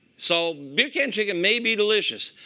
so beer can chicken may be delicious.